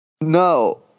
No